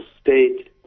state